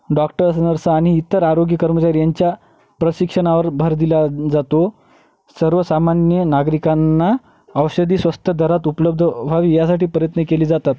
doctors nurse आणि इतर आरोग्य कर्मचारी यांच्या प्रशिक्षणावर भर दिला जातो सर्वसामान्य नागरिकांना औषधी स्वस्त दरात उपलब्ध व्हावी यासाठी प्रयत्न केले जातात